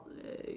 like